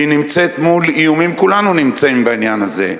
והיא נמצאת מול איומים, כולנו נמצאים בעניין הזה.